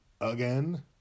again